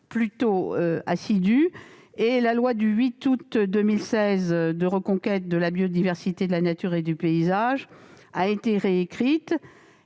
plutôt assidus. La loi du 8 août 2016 pour la reconquête de la biodiversité, de la nature et des paysages a été réécrite.